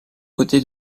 côté